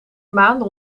maande